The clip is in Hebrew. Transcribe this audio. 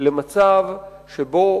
למצב שבו